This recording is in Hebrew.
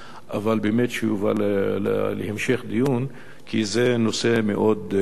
יובא להמשך דיון כי זה נושא מאוד חשוב.